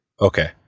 Okay